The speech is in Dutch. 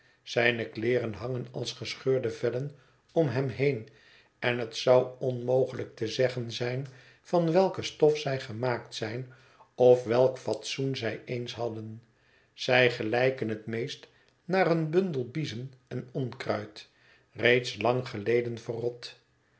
zijne kleeren hangen als gescheurde vellen om hem heen en het zou onmogelijk te zeggen zijn van welke stof zij gemaakt zijn of welk fatsoen zij eens hadden zij gelijken het meest naar een bundel biezen en onkruid reeds lang geleden verrot